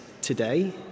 today